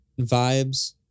vibes